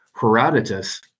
Herodotus